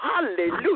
Hallelujah